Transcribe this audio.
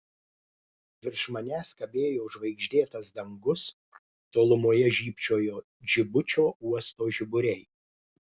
virš manęs kabėjo žvaigždėtas dangus tolumoje žybčiojo džibučio uosto žiburiai